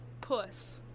Puss